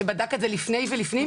שבדקו את זה לפני ולפנים,